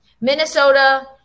Minnesota